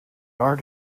art